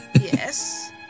Yes